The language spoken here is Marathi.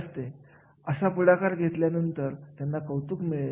त्यावेळेस प्रशिक्षकाने त्या कार्याची कोणती विशिष्ट बाजू पाहणे गरजेचे आहे